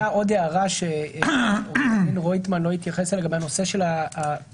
הייתה עוד הערה שעורך דין רויטמן לא התייחס אליה בנוגע לנושא הפלילי.